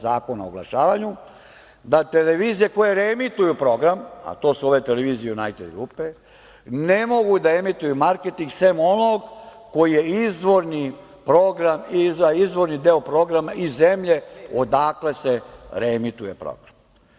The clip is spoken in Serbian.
Zakona o oglašavanju da televizije koje reemituju program, a to su ove televizije „Junajted grupe“, ne mogu da emituju marketing, sem onog koji je za izvorni deo programa iz zemlje odakle se reemituje program.